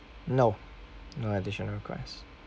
no no additional request